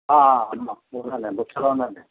అమ్మ నేను బుక్ సెల్లర్ని అండి